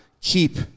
keep